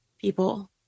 people